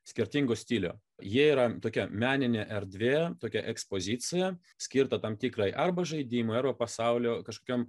skirtingų stilių jie yra tokia meninė erdvė tokia ekspozicija skirta tam tikrai arba žaidimai arba pasaulio kažkokiam